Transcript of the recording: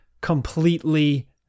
completely